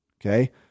okay